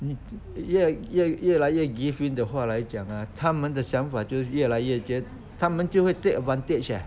你越越越来越 give in 的话来讲 ah 他们的想法就越来越觉他们就会 take advantage eh